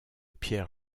pierre